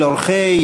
של אורחי,